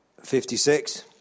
56